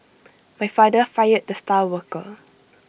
my father fired the star worker